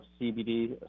CBD